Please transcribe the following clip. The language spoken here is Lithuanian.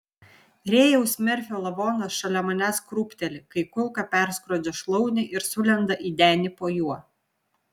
rėjaus merfio lavonas šalia manęs krūpteli kai kulka perskrodžia šlaunį ir sulenda į denį po juo